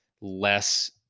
less